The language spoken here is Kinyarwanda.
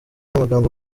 amagambo